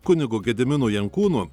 kunigu gediminu jankūnu